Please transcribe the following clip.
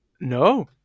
No